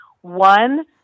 One